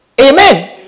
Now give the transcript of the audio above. amen